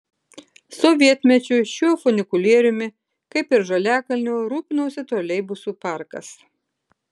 sovietmečiu šiuo funikulieriumi kaip ir žaliakalnio rūpinosi troleibusų parkas